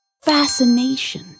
Fascination